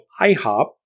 IHOP